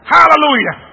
Hallelujah